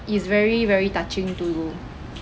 is very very touching to do